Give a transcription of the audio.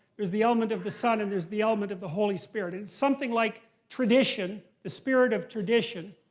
there's the element of the son, and there's the element of the holy spirit. and something like tradition, the spirit of tradition,